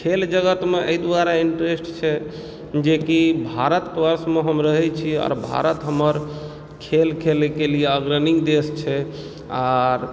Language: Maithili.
खेल जगत मे एहि दुआरे इंटरेस्ट छै जे कि भारतवर्षमे हम रहैत छी आओर भारत हमर खेल खेले के लियऽ अग्रणी देश छै आ